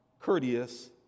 courteous